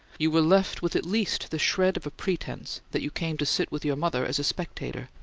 you were left with at least the shred of a pretense that you came to sit with your mother as a spectator,